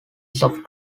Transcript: soft